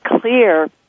clear